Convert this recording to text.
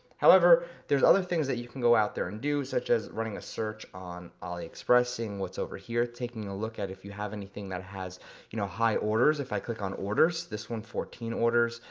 however there's other things that you can go out there and do such as running a search on aliexpress, seeing what's over here, taking a look at if you have anything that has you know high orders if i click on orders. this one fourteen orders,